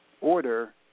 Order